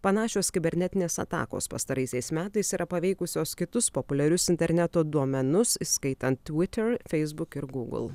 panašios kibernetinės atakos pastaraisiais metais yra paveikusios kitus populiarius interneto domenus įskaitant twitter facebook ir google